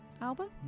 album